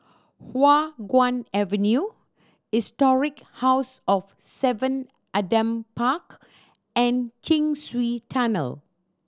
Hua Guan Avenue Historic House of Seven Adam Park and Chin Swee Tunnel